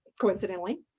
coincidentally